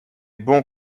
bons